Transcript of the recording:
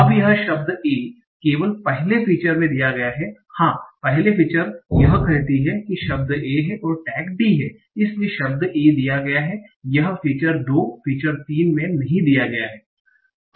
अब यह शब्द a केवल पहली फीचर में दिया गया है हाँ पहली फीचर यह कहती है कि शब्द a है और टैग D है इसलिए शब्द a दिया गया है यह फीचर 2 फीचर 3 में नहीं दिया गया है